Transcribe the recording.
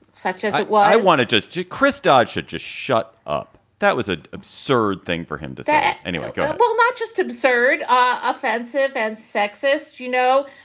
such as? well, i wanted to chris dodd should just shut up. that was an absurd thing for him to say anyway well, not just absurd, offensive and sexist. you know,